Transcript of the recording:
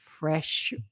Fresh